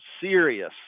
serious